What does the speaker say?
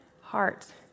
heart